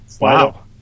Wow